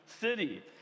city